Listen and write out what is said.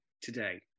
today